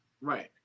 Right